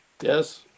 Yes